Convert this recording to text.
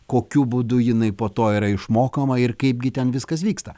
kokiu būdu jinai po to yra išmokama ir kaipgi ten viskas vyksta